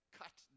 cut